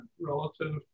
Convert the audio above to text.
relative